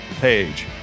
page